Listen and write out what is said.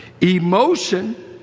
Emotion